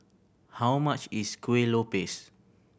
how much is Kueh Lopes